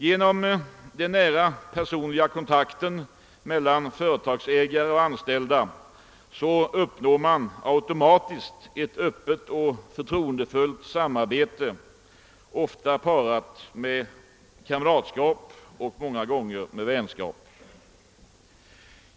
Genom den nära personliga kontakten mellan företagsägare och anställda uppnår man automatiskt ett öppet och förtroendefullt samarbete, ofta parat med kamratskap och många gånger även med vänskap.